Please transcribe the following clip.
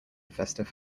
festive